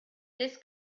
this